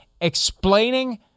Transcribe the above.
explaining